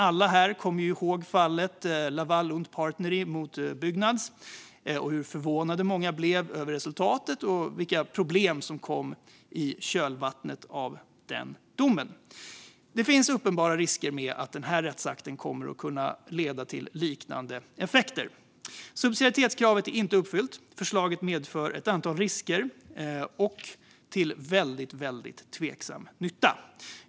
Alla här kommer ihåg fallet Laval un Partneri mot Byggnads, hur förvånade många blev över resultatet och vilka problem som kom i kölvattnet av den domen. Det finns en uppenbar risk att denna rättsakt leder till liknande effekter. Subsidiaritetskravet är inte uppfyllt, och förslaget medför ett antal risker till väldigt tveksam nytta.